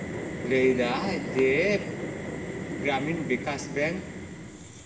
ᱞᱟᱹᱭᱫᱟ ᱡᱮ ᱜᱨᱟᱢᱤᱱ ᱵᱤᱠᱟᱥ ᱵᱮᱝᱠ